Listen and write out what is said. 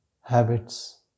habits